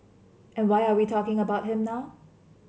and why are we talking about him now